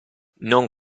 non